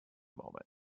moment